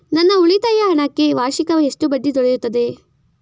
ನನ್ನ ಉಳಿತಾಯ ಹಣಕ್ಕೆ ವಾರ್ಷಿಕ ಎಷ್ಟು ಬಡ್ಡಿ ದೊರೆಯುತ್ತದೆ?